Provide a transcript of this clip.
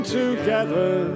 together